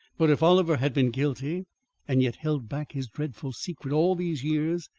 but if oliver had been guilty and yet held back his dreadful secret all these years,